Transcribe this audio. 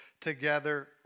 together